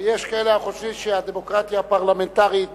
ויש כאלה החושבים שהדמוקרטיה הפרלמנטרית